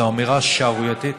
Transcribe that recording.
זו אמירה שערורייתית